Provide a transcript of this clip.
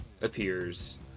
appears